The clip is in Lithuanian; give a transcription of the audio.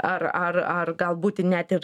ar ar ar galbūt net ir